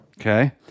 Okay